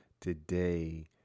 today